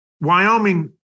Wyoming